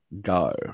go